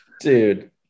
Dude